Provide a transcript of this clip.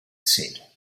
said